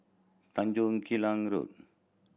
Tanjong Klang Road